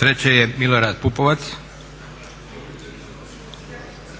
treće je Milorad Pupovac